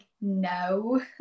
no